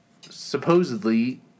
supposedly